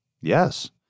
Yes